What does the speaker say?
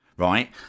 right